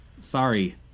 sorry